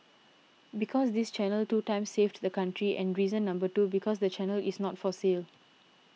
because this channel two times saved the country and reason number two because the channel is not for sale